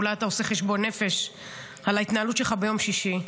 אולי אתה עושה חשבון נפש על ההתנהלות שלך ביום שישי.